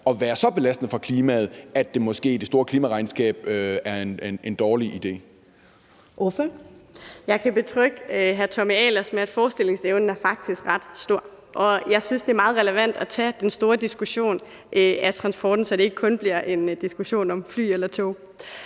næstformand (Karen Ellemann): Ordføreren. Kl. 12:04 Signe Munk (SF): Jeg kan betrygge hr. Tommy Ahlers med, at forestillingsevnen faktisk er ret stor. Jeg synes, det er meget relevant at tage den store diskussion om transporten, så det ikke kun bliver en diskussion om fly eller tog.